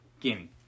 Gimme